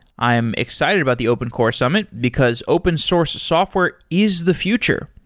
i am excited about the open core summit, because open source software is the future.